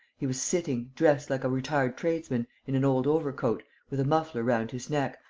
he was sitting, dressed like a retired tradesman, in an old overcoat, with a muffler round his neck,